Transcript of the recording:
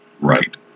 Right